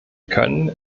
können